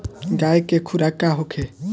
गाय के खुराक का होखे?